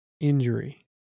injury